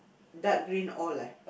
dark green all ah